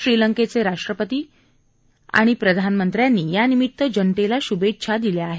श्रीलंकेचे राष्ट्रपती प्रधानमंत्र्यांनी यानिमित्त जनतेला शुभेच्छा दिल्या आहेत